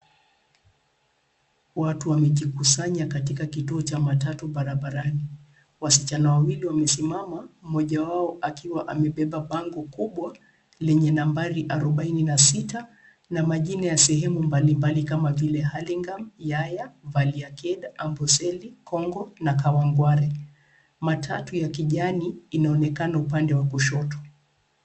Watu wamejikusanya katika kituo cha matatu barabarani. Wasichana wawili wamesimama, mmoja wao akiwa amebeba bango kubwa lenye nambari arobaini na sita na majina ya sehemu mbalimbali kama vile Hurlingham, Yaya, Valley Arcade, Amboseli, Congo na Kawangware. Matatu ya kijani inaonekana upande wa kushoto.